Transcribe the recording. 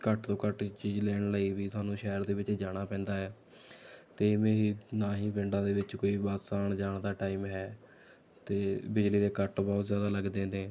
ਘੱਟ ਤੋਂ ਘੱਟ ਚੀਜ਼ ਲੈਣ ਲਈ ਵੀ ਸਾਨੂੰ ਸ਼ਹਿਰ ਦੇ ਵਿੱਚ ਜਾਣਾ ਪੈਂਦਾ ਹੈ ਅਤੇ ਇਵੇਂ ਹੀ ਨਾ ਹੀ ਪਿੰਡਾਂ ਦੇ ਵਿੱਚ ਕੋਈ ਬੱਸ ਆਉਣ ਜਾਣ ਦਾ ਟਾਈਮ ਹੈ ਅਤੇ ਬਿਜਲੀ ਦੇ ਕੱਟ ਬਹੁਤ ਜ਼ਿਆਦਾ ਲੱਗਦੇ ਨੇ